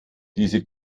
diese